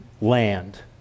land